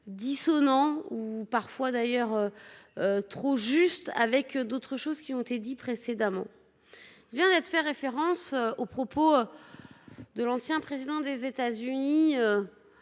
dissonant – ou peut être trop juste !– avec d’autres choses qui ont été dites précédemment. Il vient d’être fait référence aux propos de l’ancien président des États Unis,